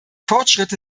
fortschritte